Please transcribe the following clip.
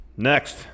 Next